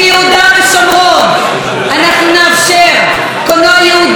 אנחנו נאפשר קולנוע יהודי, קולנוע ציוני,